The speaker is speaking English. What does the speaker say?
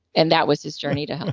and that was his journey to